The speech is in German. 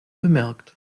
bemerkt